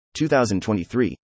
2023